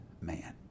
man